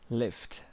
lift